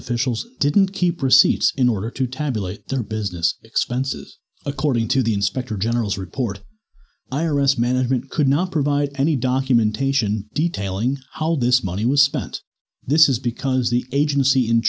officials didn't keep receipts in order to tabulate didn't business expenses according to the inspector general's report iris management could not provide any documentation detailing how this money was spent this is because the agency in